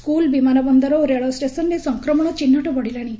school ବିମାନବନ୍ଦର ଓ ରେଳ ଷେସନରେ ସଂକ୍ରମଶ ଚିହ୍ଟ ବଢ଼ିଲାଶି